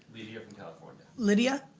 leedia from california. lydia?